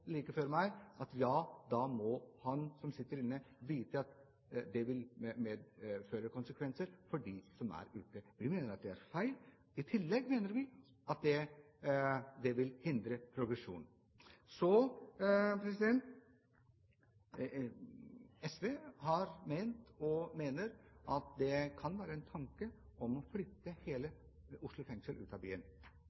like før meg at ja, da må han som sitter inne, vite at det vil få konsekvenser for dem som er ute. Vi mener det er feil. I tillegg mener vi at det vil hindre progresjon. SV har ment, og mener, at det kan være en tanke å flytte hele